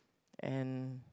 and